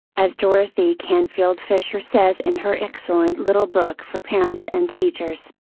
as dorothy canfield fisher says in her excellent little book for parents and teachers.